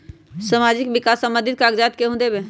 समाजीक विकास संबंधित कागज़ात केहु देबे?